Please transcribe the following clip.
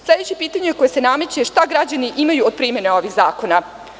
Sledeće pitanje koje se nameće – šta građani imaju od primene ovih zakona.